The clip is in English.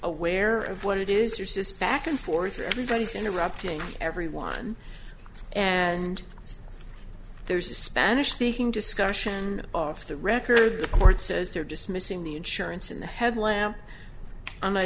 aware of what it is there's this back and forth and everybody's interrupting everyone and there's a spanish speaking discussion off the record the court says they're dismissing the insurance and the headlamp